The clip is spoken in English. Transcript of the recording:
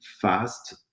fast